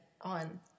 on